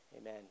Amen